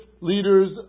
leaders